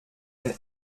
ein